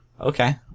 Okay